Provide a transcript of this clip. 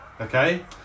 okay